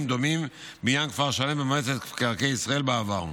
דומים בעניין כפר שלם במועצת מקרקעי ישראל בעבר.